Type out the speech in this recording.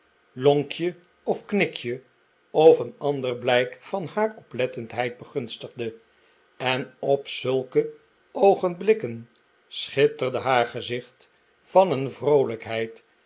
lonkje of knikje of een ander blijk van haar oplettendheid begunstigde en op zulke oogenblikken schitterde haar gezicht van een vroolijkheid